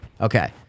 okay